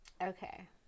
Okay